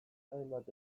hainbat